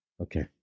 Okay